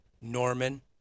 Norman